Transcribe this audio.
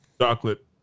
chocolate